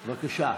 בבקשה.